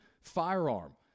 firearm